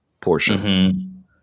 portion